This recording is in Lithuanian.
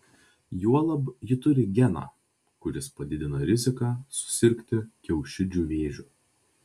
juolab ji turi geną kuris padidina riziką susirgti kiaušidžių vėžiu